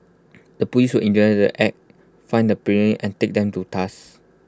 the Police will the act find the and take them to task